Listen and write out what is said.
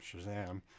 shazam